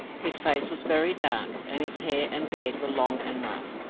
his face was very dark, and his hair and beard were long and rough,